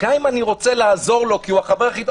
גם אם אני רוצה לעזור לו כי הוא החבר הכי טוב שלי,